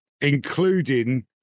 including